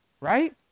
Right